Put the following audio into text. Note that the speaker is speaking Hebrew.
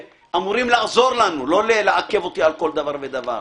שאמורים לעזור לנו לא לעכב אותי על כל דבר ודבר.